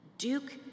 Duke